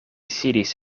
sidis